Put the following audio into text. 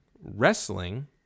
wrestling